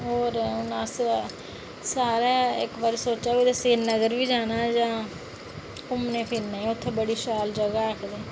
होर हून स्यालै इक्क बारी अस सिरीनगर बी जाना घुम्मने फिरने गी उत्थै बड़ी शैल जगह ऐ